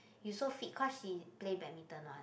you so fit cause she play badminton one